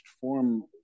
form